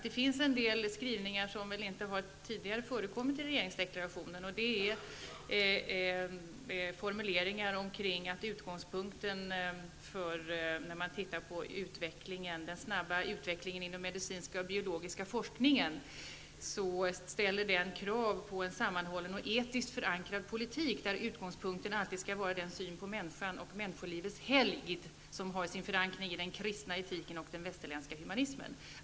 Det finns en del skrivningar som tidigare inte har förekommit i regeringsdeklarationen, bl.a.: ''Den snabba utvecklingen inom den medicinska och biologiska forskningen reser ständigt nya och svåra etiska problem. Denna utveckling ställer krav på en sammanhållen och etiskt förankrad politik. Utgångspunkten skall alltid vara den syn på människan och på människolivets helgd som har sin förankring i den kristna etiken och den västerländska humanismen.